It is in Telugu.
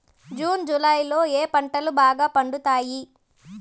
జూన్ జులై లో ఏ పంటలు బాగా పండుతాయా?